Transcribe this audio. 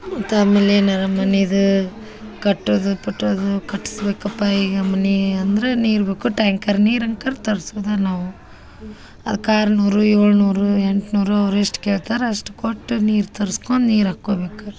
ಮತ್ತು ಆಮೇಲೆ ಏನಾರೂ ಮನಿದು ಕಟ್ಟೋದು ಪಟ್ಟೋದು ಕಟ್ಟಿಸ್ಬೇಕಪ್ಪ ಈಗ ಮನೆ ಅಂದ್ರೆ ನೀರು ಬೇಕು ಟ್ಯಾಂಕರ್ ನೀರು ಅನ್ಕರ್ ತರ್ಸುದು ನಾವು ಅದ್ಕೆ ಆರ್ನೂರು ಏಳ್ನೂರು ಎಂಟ್ನೂರು ಅವ್ರು ಎಷ್ಟು ಕೇಳ್ತಾರೋ ಅಷ್ಟು ಕೊಟ್ಟು ನೀರು ತರ್ಸ್ಕೊಂಡ್ ನೀರು ಹಾಕೊಬೇಕ